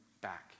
back